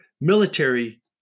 military